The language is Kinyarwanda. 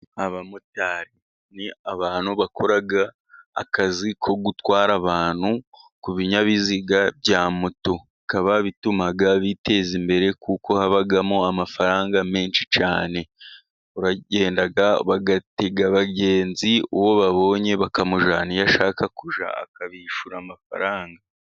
Abamotari ni abantu bakora akazi ko gutwara abantu ku binyabiziga bya moto. Bikaba bituma biteza imbere, kuko habamo amafaranga menshi cyane. Baragenda bagatega abagenzi, uwo babonye bakamujyana iyo ashaka kujya akabishyura amafaranga.